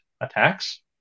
attacks